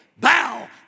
bow